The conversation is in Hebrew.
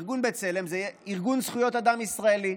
ארגון בצלם הוא ארגון זכויות אדם ישראלי.